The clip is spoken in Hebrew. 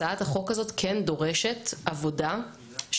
הצעת החוק הזאת כן דורשת עבודה של